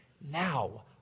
now